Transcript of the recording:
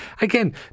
Again